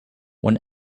when